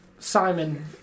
Simon